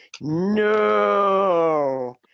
No